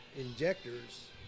injectors